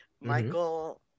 Michael